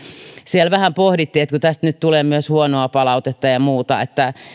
siellä vähän pohdittiin että kun tästä nyt tulee myös huonoa palautetta ja muuta